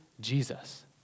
Jesus